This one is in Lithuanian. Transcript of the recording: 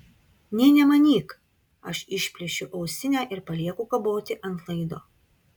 nė nemanyk aš išplėšiu ausinę ir palieku kaboti ant laido